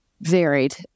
varied